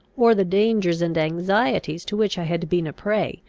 or the dangers and anxieties to which i had been a prey,